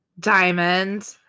diamond